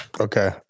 okay